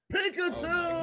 Pikachu